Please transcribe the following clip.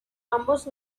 ambos